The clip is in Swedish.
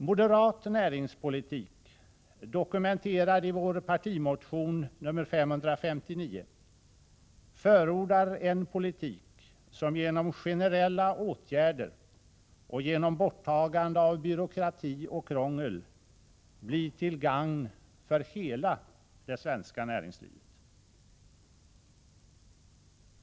Moderat näringspolitik, dokumenterad i vår partimotion nr 559, är en politik som genom generella åtgärder och genom borttagande av byråkrati och krångel blir till gagn för hela det svenska näringslivet.